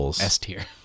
S-tier